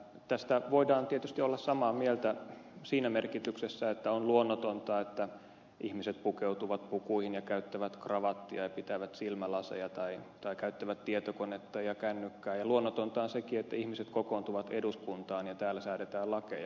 tästä voidaan tietysti olla samaa mieltä siinä merkityksessä että on luonnotonta että ihmiset pukeutuvat pukuihin ja käyttävät kravattia ja pitävät silmälaseja tai käyttävät tietokonetta ja kännykkää ja luonnotonta on sekin että ihmiset kokoontuvat eduskuntaan ja täällä säädetään lakeja